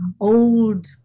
old